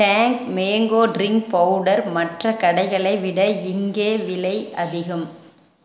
Tang mango drink powder மற்ற கடைகளை விட இங்கே விலை அதிகம்